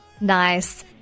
Nice